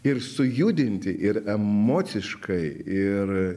ir sujudinti ir emociškai ir